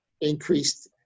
increased